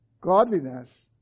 Godliness